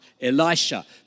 Elisha